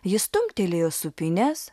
ji stumtelėjo sūpynes